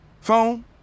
Phone